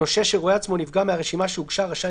נושה שרואה עצמו נפגע מהרשימה שהוגשה רשאי